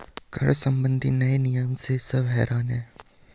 कर संबंधी नए नियम से सब हैरान हैं